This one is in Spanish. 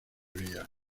vía